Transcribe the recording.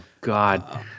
God